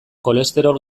kolesterol